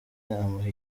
amuha